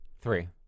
Three